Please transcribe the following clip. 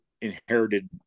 inherited